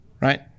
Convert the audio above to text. right